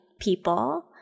people